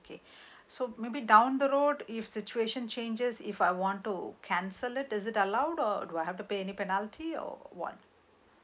okay so maybe down the road if situation changes if I want to cancel it is it allowed or do I have to pay any penalty or what